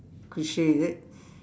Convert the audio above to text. cliche is it